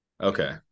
Okay